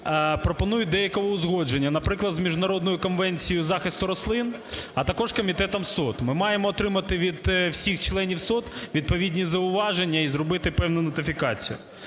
пропонують деякі узгодження, наприклад, з Міжнародною конвенцією захисту рослин, а також Комітетом СОТ. Ми маємо отримати від всіх членів СОТ відповідні зауваження і зробити певну нотифікацію.